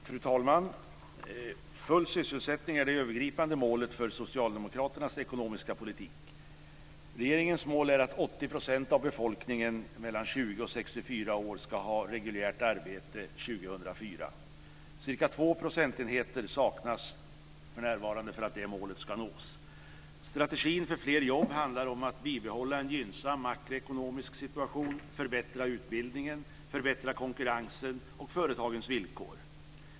Fru talman! Full sysselsättning är det övergripande målet för socialdemokraternas ekonomiska politik. 20 och 64 år ska ha reguljärt arbete 2004. Cirka två procentenheter saknas för närvarande för att det målet ska nås. Strategin för fler jobb handlar om att bibehålla en gynnsam makroekonomisk situation, förbättra utbildningen och förbättra konkurrensen och företagens villkor.